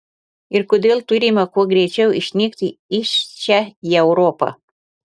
ir kodėl turime kuo greičiau išnykti iš čia į europą